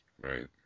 Right